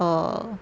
uh